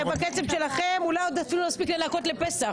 בקצב שלכם אולי עוד אפילו נספיק לנקות לפסח.